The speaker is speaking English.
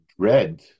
red